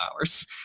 hours